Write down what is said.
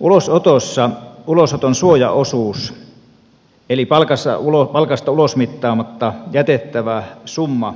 ulosotossa ulosoton suojaosuus eli palkasta ulosmittaamatta jätettävä summa